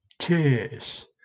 Cheers